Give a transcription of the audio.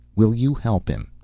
will you help him?